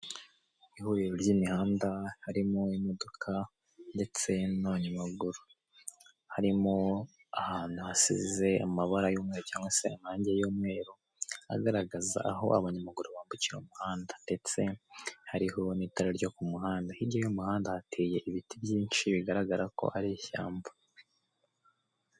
Ihuriro ry'imihanda harimo imodoka ndetse n'abanyamaguru. Harimo ahantu hasize amabara y'umweru cyangwa se amarangi y'umweru agaragaza aho abanyamaguru bambukira ku muhanda. Ndetse hariho n'itara ryo ku muhanda hirya y'umuhanda hateye ibiti byinshi bigaragara ko hari ishyamba.